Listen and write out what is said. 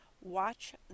watch